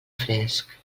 fresc